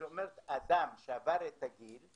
זאת אומרת, אדם שעבר את הגיל,